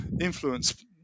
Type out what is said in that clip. influence